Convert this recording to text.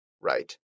right